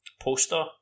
poster